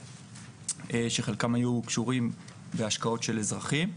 שחלקם היו קשורים בהשקעות של אזרחים.